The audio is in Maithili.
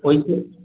ओहिके